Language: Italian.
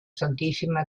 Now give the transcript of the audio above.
santissima